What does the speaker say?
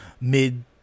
mid